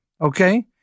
okay